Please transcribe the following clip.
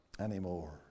anymore